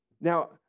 now